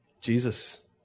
Jesus